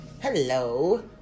Hello